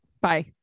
Bye